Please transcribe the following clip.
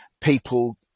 people